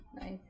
Nice